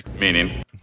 Meaning